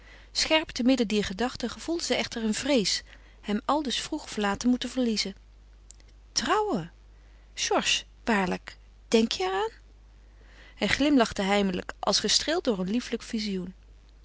scherp te midden dier gedachten gevoelde zij echter een vrees hem aldus vroeg of laat te moeten verliezen trouwen georges waarlijk denk je er aan hij glimlachte heimelijk als gestreeld door een lieflijk vizioen